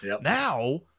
now